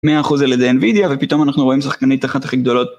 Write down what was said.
100% על ידי Nvidia ופתאום אנחנו רואים שחקנית אחת הכי גדולות.